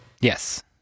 Yes